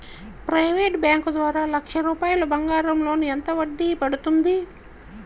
Private bank ద్వారా లక్ష రూపాయలు బంగారం లోన్ ఎంత వడ్డీ పడుతుంది?